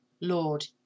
Lord